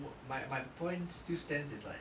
my my my point still stands is like